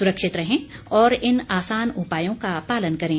सुरक्षित रहें और इन आसान उपायों का पालन करें